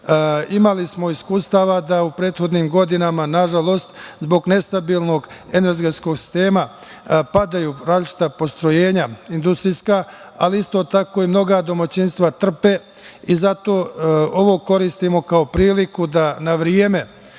smo iskustava da u prethodnim godinama nažalost zbog nestabilnog energetskog sistema padaju različita postrojenja industrijska, ali isto tako i mnoga domaćinstva trpe i zato ovo koristimo kao priliku da na vreme